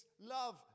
love